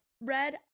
Red